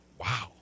Wow